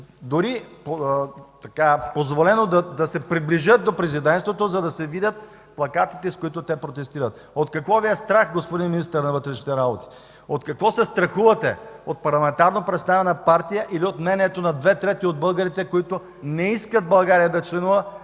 дори позволено да се приближат до президентството, за да се видят плакатите, с които те протестират. От какво Ви е страх, господин Министър на вътрешните работи? От какво се страхувате? От парламентарно представена партия или от мнението на 2/3 от българите, които не искат България да членува